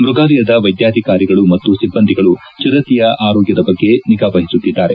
ಮೃಗಾಲಯದ ವೈದ್ಯಾಧಿಕಾರಿಗಳು ಮತ್ತು ಸಿಬ್ಬಂದಿಗಳು ಚಿರತೆಯ ಆರೋಗ್ಭದ ಬಗ್ಗೆ ನಿಗಾವಹಿಸುತ್ತಿದ್ದಾರೆ